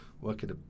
working